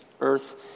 Earth